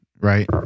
right